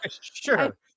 Sure